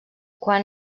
quan